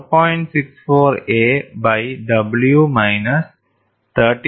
64 a by w minus 13